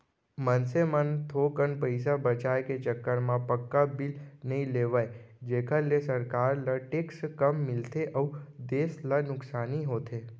मनसे मन थोकन पइसा बचाय के चक्कर म पक्का बिल नइ लेवय जेखर ले सरकार ल टेक्स कम मिलथे अउ देस ल नुकसानी होथे